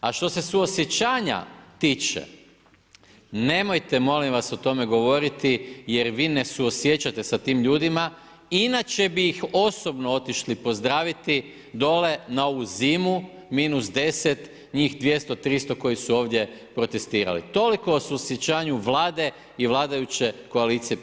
A što se suosjećanja tiče, nemojte molim, vas o tome govoriti, jer vi ne suosjećate s tim ljudima, inače bi ih osobno otišli pozdraviti dole, na ovu zimu, -10 njih, 200, 300 koji su ovdje protestirali, toliko o suosjećanju vlade i vladajuće koalicije prema tim ljudima.